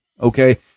okay